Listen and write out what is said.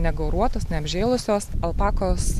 ne gauruotas neapžėlusios alpakos